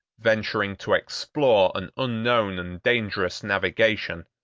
venturing to explore an unknown and dangerous navigation,